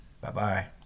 Bye-bye